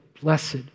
blessed